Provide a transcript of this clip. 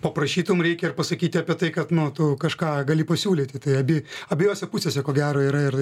paprašytum reikia ir pasakyti apie tai kad nu tu kažką gali pasiūlyti tai abi abiejose pusėse ko gero yra ir